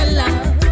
love